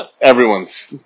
everyone's